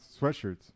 sweatshirts